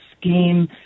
scheme